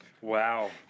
Wow